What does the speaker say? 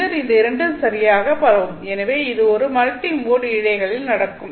பின்னர் இந்த இரண்டு சரியாக பரவும் எனவே இது ஒரு மல்டிமோட் இழைகளில் நடக்கும்